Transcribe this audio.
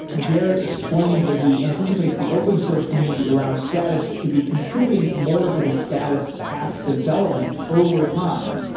jarrad explained that he anticipates the open source community around status to be contributing more to the status app development overtime,